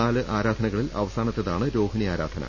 നാല് ആരാധനകളിൽ അവസാനത്തേതാണ് രോഹിണി ആരാധന